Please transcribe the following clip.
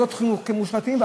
כמושחתים,